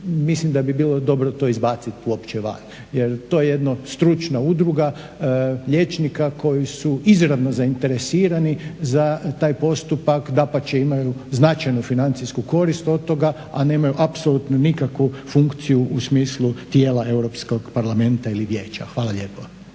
mislim da bi bilo dobro to izbaciti uopće van. Jer to je jedna stručna udruga liječnika koji su izravno zainteresirani za taj postupak. Dapače, imaju značajnu financijsku korist od toga a nemaju apsolutno nikakvu funkciju u smislu tijela Europskog parlamenta ili Vijeća. Hvala lijepo.